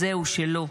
אז זהו, שלא.